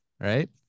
right